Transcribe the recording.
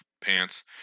pants